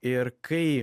ir kai